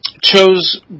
chose